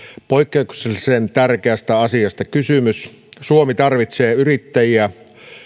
poik keuksellisen tärkeästä asiasta kysymys suomi tarvitsee yrittäjiä